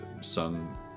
sung